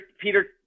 Peter